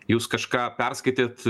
jūs kažką perskaitėt